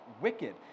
wicked